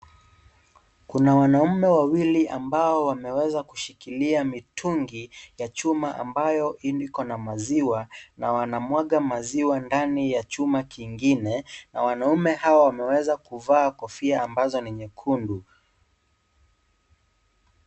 Kuna wanaume wawili ambao wameweza kushikilia mitungi, ya chuma ambayo iko na maziwa. Na wanamwaga maziwa ndani ya chuma kingine na wanaume hawa wamewezakuvaa kofia ambazo ni nyekundu.